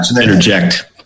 interject